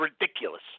ridiculous